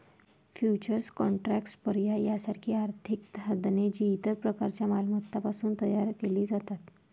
futures contracts, पर्याय यासारखी आर्थिक साधने, जी इतर प्रकारच्या मालमत्तांपासून तयार केली जातात